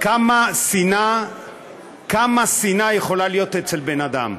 כמה שנאה יכולה להיות אצל בן-אדם?